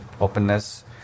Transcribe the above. openness